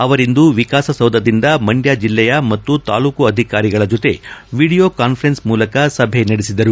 ಅವರಿಂದು ವಿಕಾಸಸೌಧದಿಂದ ಮಂಡ್ಯ ಜಿಲ್ಲೆಯ ಮತ್ತು ತಾಲ್ಲೂಕು ಅಧಿಕಾರಿಗಳ ಜೊತೆ ವೀಡಿಯೊ ಕಾನ್ದರೆನ್ಸ್ ಮೂಲಕ ಸಭೆ ನಡೆಸಿದರು